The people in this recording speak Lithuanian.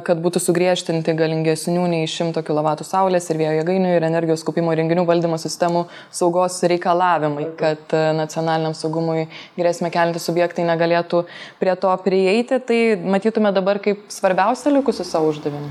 kad būtų sugriežtinti galingesnių nei šimto kilovatų saulės ir vėjo jėgainių ir energijos kaupimo įrenginių valdymo sistemų saugos reikalavimai kad nacionaliniam saugumui grėsmę keliantys subjektai negalėtų prie to prieiti tai matytume dabar kaip svarbiausią likusį savo uždavinį